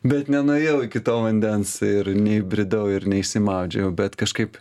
bet nenuėjau iki to vandens ir neįbridau ir neišsimaudžiau bet kažkaip